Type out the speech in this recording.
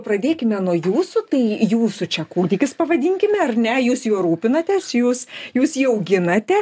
pradėkime nuo jūsų tai jūsų čia kūdikis pavadinkime ar ne jūs juo rūpinatės jūs jūs jį auginate